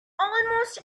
almost